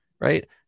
right